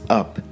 up